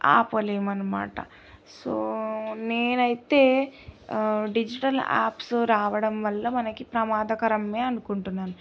ఆపలేము అనమాట సో నేనైతే digital apps రావడం వల్ల మనకి ప్రమాదకరమే అనుకుంటున్నాను